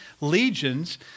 legions